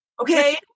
Okay